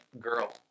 girl